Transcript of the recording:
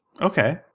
Okay